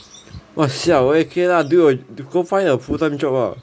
!wah! siao then okay lah do your go find a full time job